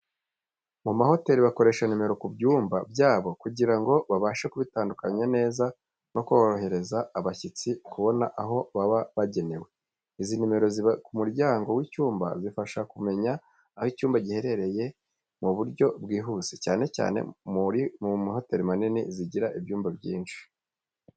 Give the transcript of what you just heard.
Mu mahoteli, bakoresha nimero ku byumba byabo kugira ngo babashe kubitandukanya neza no korohereza abashyitsi kubona aho baba bagenewe. Izi nimero ziba ku muryango w'icyumba zifasha mu kumenya aho icyumba giherereye mu buryo bwihuse, cyane cyane mu hoteli nini zigira ibyumba byinshi.